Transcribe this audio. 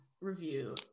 review